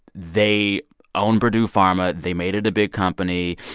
they own purdue pharma. they made it a big company.